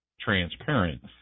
transparent